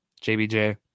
JBJ